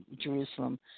Jerusalem